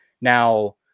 Now